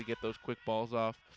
to get those quick balls off